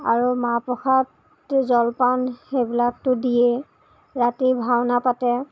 আৰু মাহ প্ৰসাদ জলপান সেইবিলাকতো দিয়েই ৰাতিৰ ভাওনা পাতে